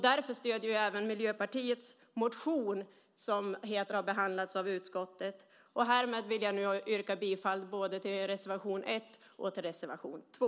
Därför stöder vi även Miljöpartiets motion som behandlats av utskottet. Härmed yrkar jag bifall till både reservation 1 och reservation 2.